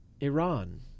Iran